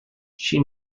she